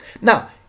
Now